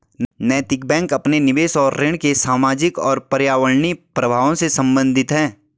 नैतिक बैंक अपने निवेश और ऋण के सामाजिक और पर्यावरणीय प्रभावों से संबंधित है